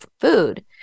food